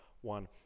one